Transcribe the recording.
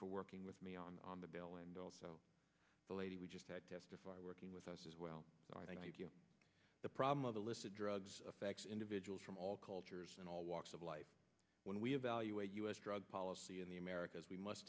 for working with me on the bill and also the lady we just had testify working with us as well i think the problem of illicit drugs affects individuals from all cultures and all walks of life when we evaluate u s drug policy in the americas we must